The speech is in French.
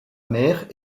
mère